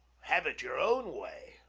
have it your own way.